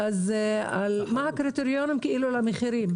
אז מה הקריטריונים למחירים?